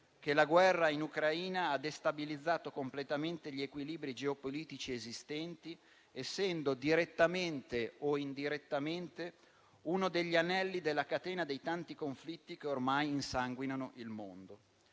che la guerra in Ucraina ha destabilizzato completamente gli equilibri geopolitici esistenti, essendo direttamente o indirettamente uno degli anelli della catena dei tanti conflitti che ormai insanguinano il mondo.